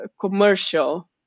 commercial